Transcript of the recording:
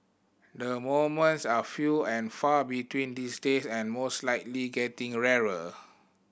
the moments are few and far between these days and most likely getting rarer